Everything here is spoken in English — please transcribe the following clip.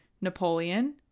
Napoleon